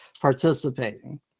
participating